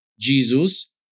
Jesus